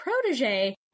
protege